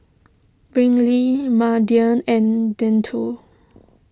Brylee Mardell and Denton